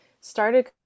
started